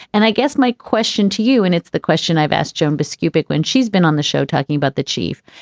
and i guess my question to you and it's the question i've asked joan biskupic when she's been on the show talking about the chief.